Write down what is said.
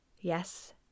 Yes